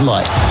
Light